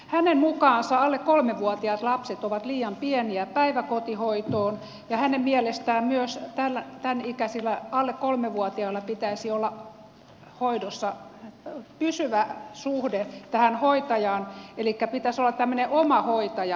hänen mukaansa alle kolmevuotiaat lapset ovat liian pieniä päiväkotihoitoon ja hänen mielestään myös tämän ikäisillä alle kolmevuotiailla pitäisi olla hoidossa pysyvä suhde hoitajaan elikkä pitäisi olla tämmöinen omahoitaja pienillä lapsilla